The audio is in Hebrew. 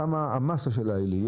כמה המסה של העילי.